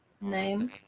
name